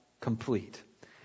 complete